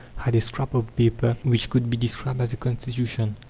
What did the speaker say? had a scrap of paper which could be described as a constitution,